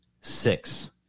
six